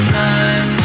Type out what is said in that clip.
time